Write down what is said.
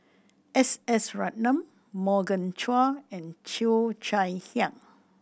S S Ratnam Morgan Chua and Cheo Chai Hiang